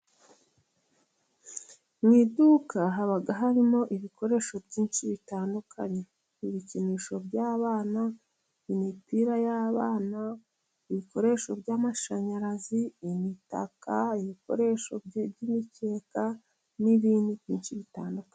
Mu iduka haba harimo ibikoresho byinshi bitandukanye:Ibikinisho by'abana, imipira y'abana, ibikoresho by'amashanyarazi, imitaka, ibikoresho by'imikeka n'ibindi byinshi bitandukanye.